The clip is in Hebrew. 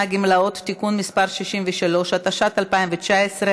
(גמלאות) (תיקון מס' 63) התשע"ט 2019,